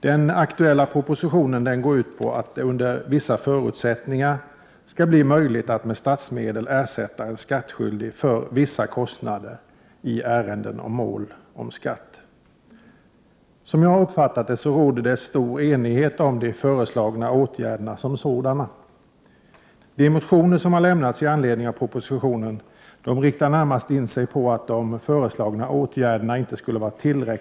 Den aktuella propositionen går ut på att det under vissa förutsättningar skall bli möjligt att med statsmedel ersätta en skattskydlig för vissa kostnader i ärenden och mål om skatt. Som jag uppfattade det råder det stor enighet om de föreslagna åtgärderna som sådana. De motioner som har väckts i anledning av propositionen riktar närmast in sig på att de föreslagna åtgärderna inte skulle vara tillräckligt — Prot.